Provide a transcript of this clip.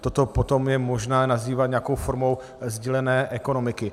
Toto potom je možné nazývat nějakou formou sdílené ekonomiky.